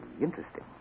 interesting